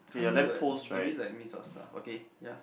can't be what do we like miss our stuff okay ya